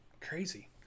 crazy